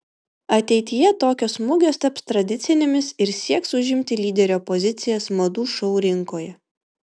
ateityje tokios mugės taps tradicinėmis ir sieks užimti lyderio pozicijas madų šou rinkoje